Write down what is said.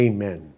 Amen